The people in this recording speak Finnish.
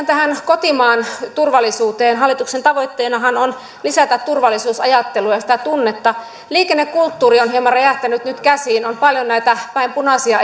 tähän kotimaan turvallisuuteen hallituksen tavoitteenahan on lisätä turvallisuusajattelua ja sitä tunnetta liikennekulttuuri on nyt hieman räjähtänyt käsiin on paljon näitä päin punaisia